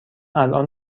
الان